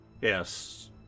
yes